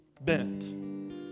bent